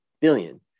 billion